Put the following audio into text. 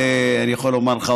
אני יכול לומר לך,